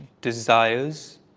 desires